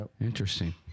interesting